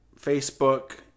Facebook